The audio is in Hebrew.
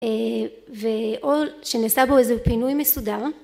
ואו שנעשה בו איזה פינוי מסודר